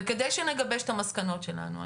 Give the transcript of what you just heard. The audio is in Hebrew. על מנת שנגבש את המסקנות שלנו,